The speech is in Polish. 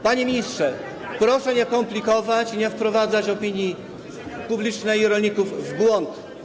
Panie ministrze, proszę nie komplikować i nie wprowadzać opinii publicznej i rolników w błąd.